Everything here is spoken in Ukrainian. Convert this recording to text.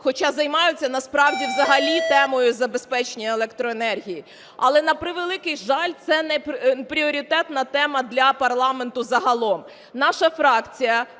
хоча займаються насправді взагалі темою забезпечення електроенергії, але, на превеликий жаль, це не пріоритетна тема для парламенту загалом. Наша фракція